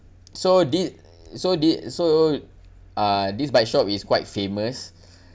so thi~ so thi~ so uh this bike shop is quite famous